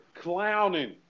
clowning